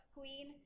queen